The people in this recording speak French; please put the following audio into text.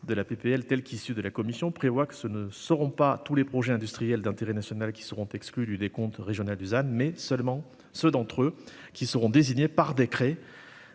le texte issu de la commission prévoit que ce seront non pas tous les projets industriels d'intérêt national qui seront exclus du décompte régional du ZAN, mais seulement ceux d'entre eux qui seront désignés par décret-